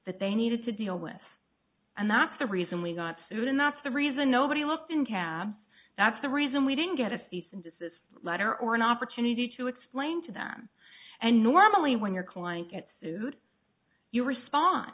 that they needed to deal with and that's the reason we got sued and that's the reason nobody looked in cabs that's the reason we didn't get a cease and desist letter or an opportunity to explain to them and normally when your client gets sued you respon